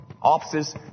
Offices